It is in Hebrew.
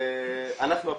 אנחנו הפשוטים.